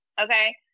okay